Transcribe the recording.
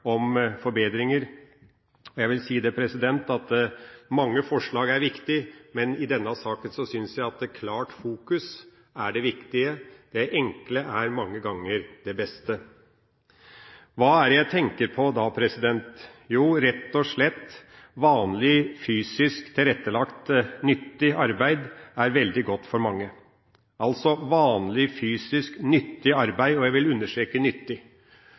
om forbedringer. Jeg vil si at mange forslag er viktige, men i denne saka synes jeg at et klart fokus er det viktigste. Det enkle er mange ganger det beste. Hva er det jeg tenker på da? Jo, rett og slett at vanlig fysisk tilrettelagt, nyttig arbeid er veldig godt for mange, altså vanlig fysisk, nyttig arbeid – og jeg vil understreke nyttig